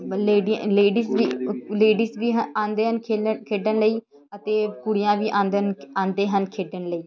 lady ladies ਵੀ ladies ਵੀ ਆਉਂਦੇ ਹਨ ਖੇਡਣ ਖੇਡਣ ਲਈ ਅਤੇ ਕੁੜੀਆਂ ਵੀ ਆਉਂਦੇ ਹਨ ਆਉਂਦੇ ਹਨ ਖੇਡਣ ਲਈ